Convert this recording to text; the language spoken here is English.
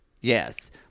Yes